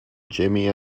jimmy